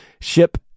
Ship